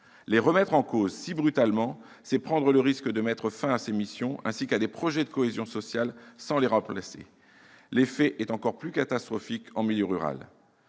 Les remettre en cause si brutalement, c'est prendre le risque de mettre fin à ces missions, ainsi qu'à des projets de cohésion sociale, sans les remplacer. L'effet est encore plus catastrophique en milieu rural.